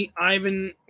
Ivan